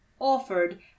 offered